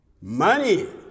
money